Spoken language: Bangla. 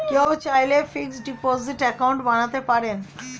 কেউ চাইলে ফিক্সড ডিপোজিট অ্যাকাউন্ট বানাতে পারেন